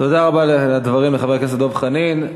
תודה רבה לחבר הכנסת דב חנין על הדברים.